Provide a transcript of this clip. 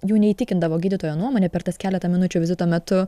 jų neįtikindavo gydytojo nuomonė per tas keletą minučių vizito metu